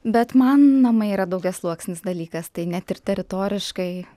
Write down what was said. bet man namai yra daugiasluoksnis dalykas tai ne tik teritoriškai